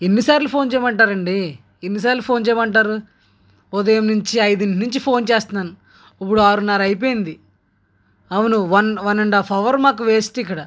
ఎన్నిసార్లు ఫోన్ చేయమంటారండి ఎన్నిసార్లు ఫోన్ చేయమంటారు ఉదయం నుంచి ఐదింటి నుంచి ఫోన్ చేస్తున్నాను ఇప్పుడు ఆరున్నర అయిపోయింది అవును వన్ అండ్ హావర్ మాకు వేస్ట్ ఇక్కడ